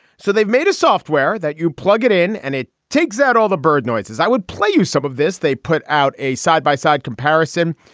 so they've made a software that you plug it in and it takes out all the bird noises. i would play you some of this. they put out a side by side comparison,